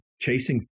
Chasing